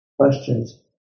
questions